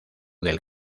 del